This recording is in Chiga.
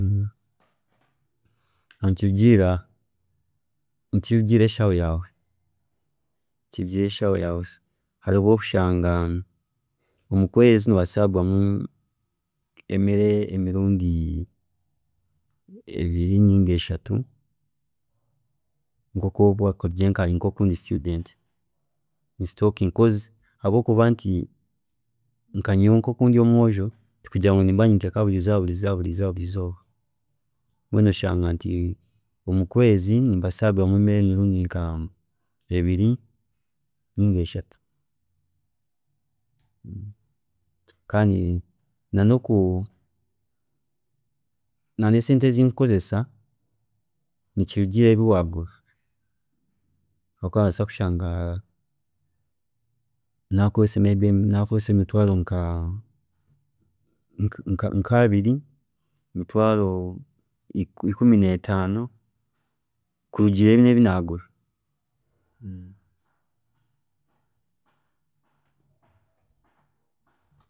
Nikirugiiirira nikirugiirira eshaho yaawe, nikirugiirira eshaho yaawe hariho obu orikushanga omukweezi nobaasa kuguramu emere emirundi ebiri ninga eshatu nkoku okuba kurugiirira nkanye oku ndi student ninsitookiinga because habwokuba nka nyowe oku ndi omwojo, tikugira ngu nimba ninteeka buri izooba buri izooba buri izooba buri izooba, mbwenu oshanga nti omukwezi nimbaasa kugura emere emirundi nkebiri ninga eshatu kandi nanoku nane sente ezi nkukozesa nikirugiirira ebi wagura habwokuba nobaasa kushanga nakozesa may be nakozesa emitwaaro nka- nka- nka abiri, emitwaaro nka ikumi netaano kurugiirira ebi nagura.